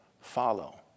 follow